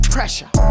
Pressure